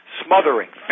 smothering